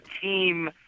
team